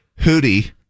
Hootie